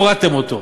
הורדתם אותו.